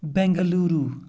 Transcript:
Bengaluru